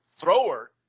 thrower